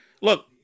look